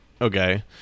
okay